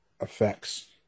effects